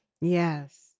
Yes